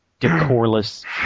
decorless